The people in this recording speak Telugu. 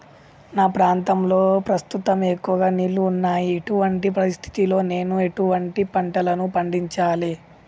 మా ప్రాంతంలో ప్రస్తుతం ఎక్కువ నీళ్లు ఉన్నాయి, ఇటువంటి పరిస్థితిలో నేను ఎటువంటి పంటలను పండించాలే?